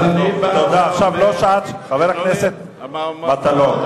אז אני בעד, חבר הכנסת מטלון.